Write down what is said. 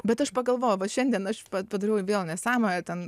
bet aš pagalvojau vat šiandien aš padariau vėl nesąmonę ten